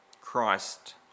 Christ